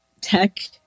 tech